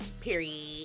Period